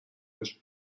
پشت